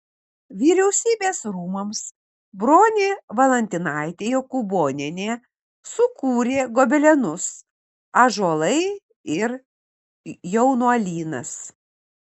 vyriausybės rūmams bronė valantinaitė jokūbonienė sukūrė gobelenus ąžuolai ir jaunuolynas